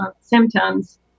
symptoms